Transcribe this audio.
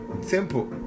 Simple